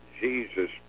Jesus